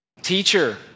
Teacher